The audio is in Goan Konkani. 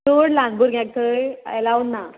चड ल्हान भुरग्यांक थंय एलावड ना